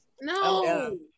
No